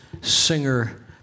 singer